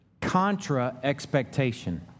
contra-expectation